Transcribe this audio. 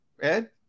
Ed